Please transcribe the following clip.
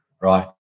Right